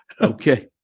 Okay